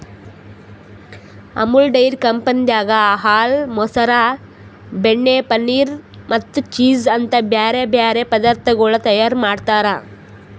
Amul dairy ಕಂಪನಿದಾಗ್ ಹಾಲ, ಮೊಸರ, ಬೆಣ್ಣೆ, ಪನೀರ್ ಮತ್ತ ಚೀಸ್ ಅಂತ್ ಬ್ಯಾರೆ ಬ್ಯಾರೆ ಪದಾರ್ಥಗೊಳ್ ತೈಯಾರ್ ಮಾಡ್ತಾರ್